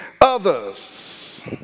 others